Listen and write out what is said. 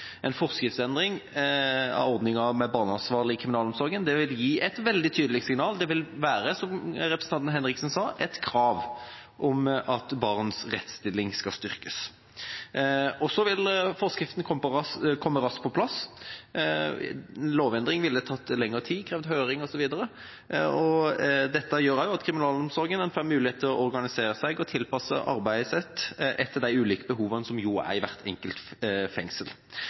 En forskriftsfesting av ordninga med barneansvarlig i kriminalomsorgen vil gi et veldig tydelig signal. Det vil – som representanten Henriksen sa – være et krav om at barns rettsstilling skal styrkes. Forskriften vil komme raskt på plass. En lovendring ville tatt lengre tid, krevd høring, osv. Dette innebærer også at kriminalomsorgen får mulighet til å organisere seg og tilpasse arbeidet sitt etter de ulike behovene som er i hvert enkelt fengsel.